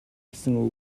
гэсэн